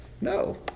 No